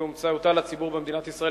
ובאמצעותה לציבור במדינת ישראל,